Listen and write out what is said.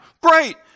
Great